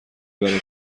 برای